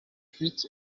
huit